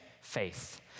faith